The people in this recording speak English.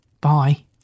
Bye